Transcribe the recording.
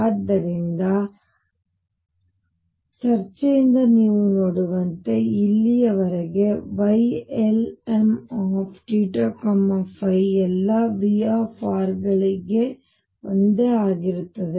ಆದ್ದರಿಂದ ಚರ್ಚೆಯಿಂದ ನೀವು ನೋಡುವಂತೆ ಇಲ್ಲಿಯವರೆಗೆ Ylmθϕ ಎಲ್ಲಾ V ಗಳಿಗೆ ಒಂದೇ ಆಗಿರುತ್ತದೆ